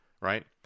right